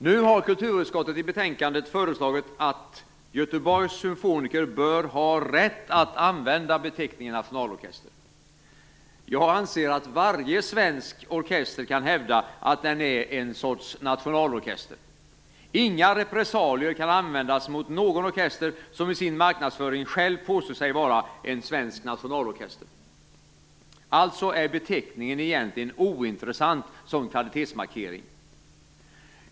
Nu har kulturutskottet i betänkandet föreslagit att Göteborgs symfoniker bör ha rätt att använda beteckningen nationalorkester. Jag anser att varje svensk orkester kan hävda att den är en sorts nationalorkester. Inga repressalier kan användas mot någon orkester som i sin marknadsföring själv påstår sig vara en svensk nationalorkester. Alltså är beteckningen egentligen ointressant som kvalitetsmarkering.